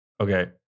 Okay